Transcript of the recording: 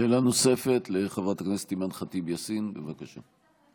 שאלה נוספת לחברת הכנסת אימאן ח'טיב יאסין, בבקשה.